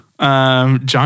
John